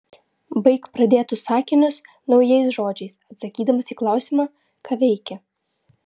baik pradėtus sakinius naujais žodžiais atsakydamas į klausimą ką veikė